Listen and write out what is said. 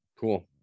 cool